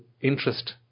interest